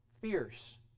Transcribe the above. fierce